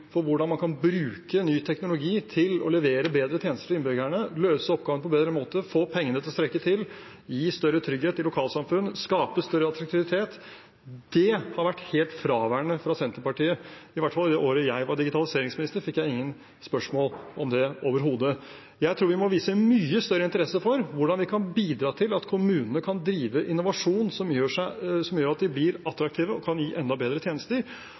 skape større attraktivitet, har vært helt fraværende hos Senterpartiet. Det året jeg var digitaliseringsminister, fikk jeg i hvert fall ingen spørsmål om det overhodet. Jeg tror vi må vise mye større interesse for hvordan vi kan bidra til at kommunene kan drive innovasjon som gjør at de blir attraktive og kan gi enda bedre tjenester,